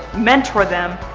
mentor them,